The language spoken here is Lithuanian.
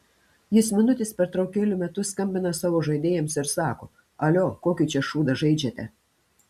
jis minutės pertraukėlių metu skambina savo žaidėjams ir sako alio kokį čia šūdą žaidžiate